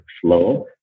flow